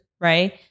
right